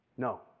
No